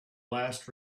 last